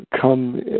come